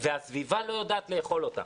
והסביבה לא יודעת לאכול אותך.